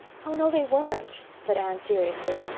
oh, no, they weren't, said anne seriously.